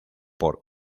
por